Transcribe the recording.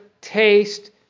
taste